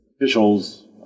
officials